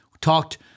talked